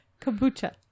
Kombucha